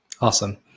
Awesome